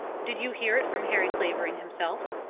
did you hear it from harry clavering himself?